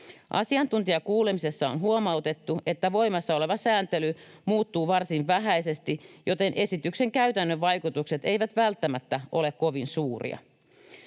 Asiantuntijakuulemisessa on huomautettu, että voimassa oleva sääntely muuttuu varsin vähäisesti, joten esityksen käytännön vaikutukset eivät välttämättä ole kovin suuria.